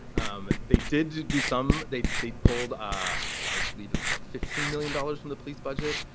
um they did do some. they they pulled. ah i believe it is about fifteen million dollars from the police budget.